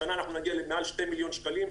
השנה אנחנו נגיע ליותר משני מיליון שקלים.